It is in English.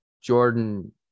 Jordan